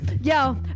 yo